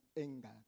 anger